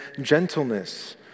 gentleness